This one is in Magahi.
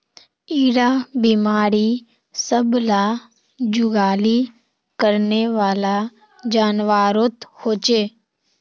इरा बिमारी सब ला जुगाली करनेवाला जान्वारोत होचे